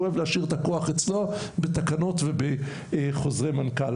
הוא אוהב להשאיר את הכוח אצלו בתקנות ובחוזרי מנכ"ל.